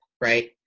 right